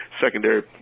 secondary